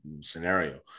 scenario